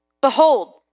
Behold